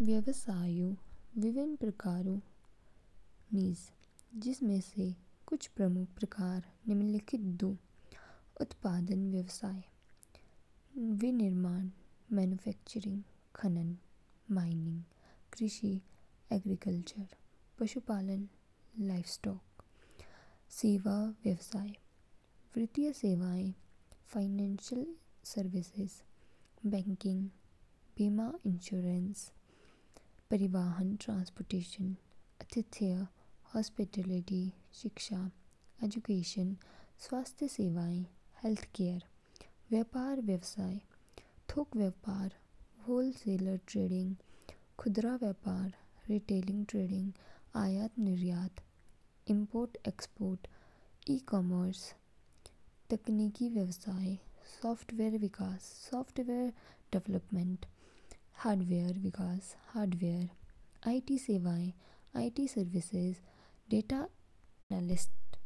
व्यवसायऊ विभिन्न प्रकार निज जिनमें से कुछ प्रमुख प्रकार निम्नलिखित दू। उत्पादन, व्यवसाय, विनिर्माण, मैन्युफैक्चरिंग। खनन, माइनिंग, कृषि, एग्रीकल्चर। पशुपालन, लाइवस्टॉक, सेवा, व्यवसाय। वित्तीय सेवाएं, फाइनेंशियल सर्विसेज, बैंकिंग। बीमा, इन्शेरेन्स। परिवहन, ट्रांसपोर्टेशन, आतिथ्य, हॉस्पिटैलिटी। शिक्षा, एजुकेशन, स्वास्थ्य सेवाएं, हेल्थकेयर। व्यापार, व्यवसाय, थोक व्यापार, व्होलसेल ट्रेडिंग। खुदरा व्यापार, रिटेल ट्रेडिंग, आयात-निर्यात इम्पोर्ट-एक्सपोर्ट। ई-कॉमर्स, तकनीकी, व्यवसाय। सॉफ्टवेयर विकास, सॉफ्टवेयर डेवलपमेंट। हार्डवेयर विकास, हार्डवेयर। आईटी सेवाएं, आईटी सर्विसेज। Data analytics.